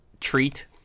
treat